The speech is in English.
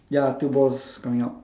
ya two balls coming out